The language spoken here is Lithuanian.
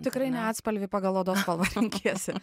tikrai ne atspalvį pagal odos spalvą renkiesi